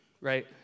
right